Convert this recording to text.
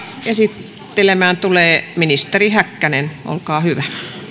esittelemään tulee ministeri häkkänen olkaa hyvä